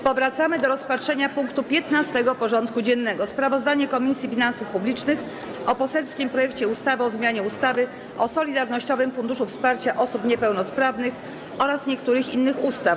Powracamy do rozpatrzenia punktu 15. porządku dziennego: Sprawozdanie Komisji Finansów Publicznych o poselskim projekcie ustawy o zmianie ustawy o Solidarnościowym Funduszu Wsparcia Osób Niepełnosprawnych oraz niektórych innych ustaw.